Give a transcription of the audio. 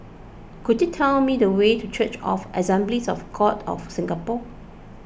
could you tell me the way to Church of Assemblies of God of Singapore